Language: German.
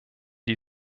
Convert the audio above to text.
die